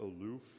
aloof